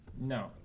No